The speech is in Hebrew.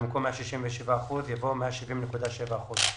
במקום "167 אחוזים" יבוא "170.7 אחוזים".